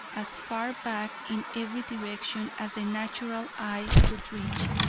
as far back in every direction as the natural eye could reach,